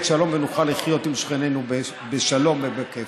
שלום ונוכל לחיות עם שכנינו בשלום ובכיף.